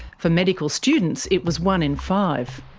for medical students it was one in five.